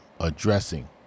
addressing